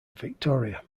victoria